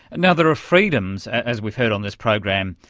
and there are freedoms, as we've heard on this program,